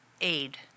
Aid